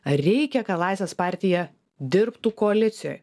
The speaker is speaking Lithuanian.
reikia kad laisvės partija dirbtų koalicijoj